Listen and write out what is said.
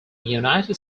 united